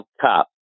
Cup